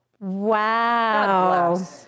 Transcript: wow